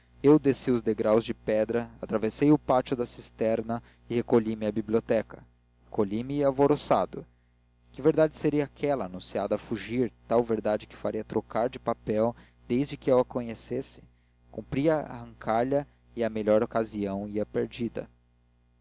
eu desci os degraus de pedra atravessei o pátio da cisterna e recolhi me à biblioteca recolhi me alvoroçado que verdade seria aquela anunciada a fugir tal verdade que me faria trocar de papel desde que eu a conhecesse cumpria arrancar lha e a melhor ocasião ia perdida